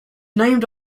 named